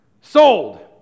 sold